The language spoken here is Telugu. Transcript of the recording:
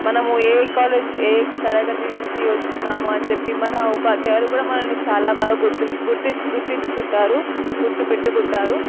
మనము ఏ కాలేజ్ ఏ తరగతి నుంచి వస్తున్నాము అని చెప్పి మన ఉపాధ్యాయులు కూడా మనల్ని చాలా బాగా గుర్తు గుర్తించుకుంటారు గుర్తుపెట్టుకుంటారు